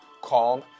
calm